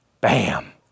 Bam